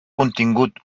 contingut